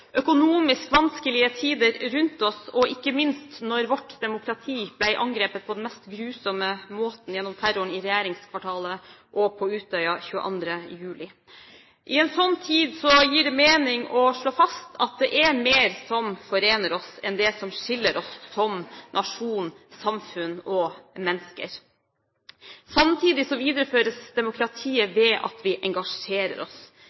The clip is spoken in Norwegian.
økonomisk vanskelige tider rundt oss, og ikke minst da vårt demokrati ble angrepet på den mest grusomme måten gjennom terroren i regjeringskvartalet og på Utøya 22. juli. I en slik tid gir det mening å slå fast at det er mer som forener oss, enn det som skiller oss som nasjon, samfunn og mennesker. Samtidig videreføres demokratiet ved at vi engasjerer oss.